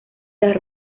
las